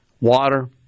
water